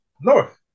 North